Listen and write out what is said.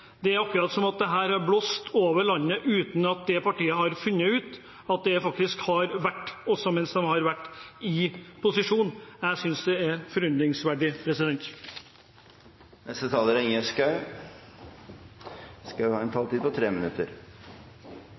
Det er akkurat som om dette har blåst over landet uten at partiet har funnet ut at det har skjedd også mens de har vært i posisjon. Jeg synes det er forundringsverdig.